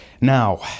Now